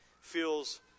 feels